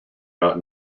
not